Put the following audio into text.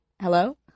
hello